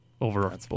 over